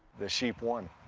the sheep won.